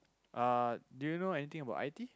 uh do you know anything about I_T